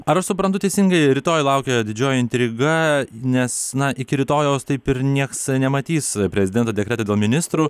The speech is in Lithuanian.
ar aš suprantu teisingai rytoj laukia didžioji intriga nes na iki rytojaus taip ir nieks nematys prezidento dekreto dėl ministrų